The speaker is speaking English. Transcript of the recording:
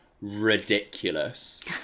ridiculous